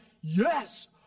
yes